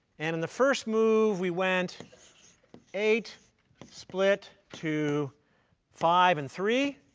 and in the first move, we went eight split to five and three.